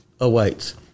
awaits